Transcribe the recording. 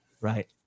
right